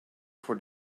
for